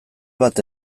bat